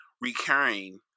recurring